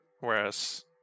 whereas